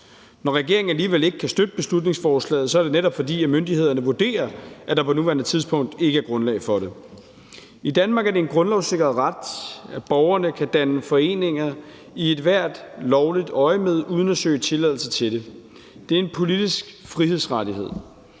Når regeringen alligevel ikke kan støtte beslutningsforslaget, er det netop, fordi myndighederne vurderer, at der på nuværende tidspunkt ikke er grundlag for det. I Danmark er det en grundlovssikret ret, at borgerne kan danne foreninger i ethvert lovligt øjemed uden at søge tilladelse til det. Det er en politisk frihedsrettighed.